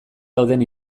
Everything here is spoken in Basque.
dauden